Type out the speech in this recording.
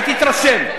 תתרשם.